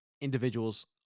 individuals